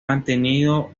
mantenido